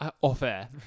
Off-air